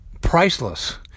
priceless